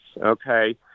okay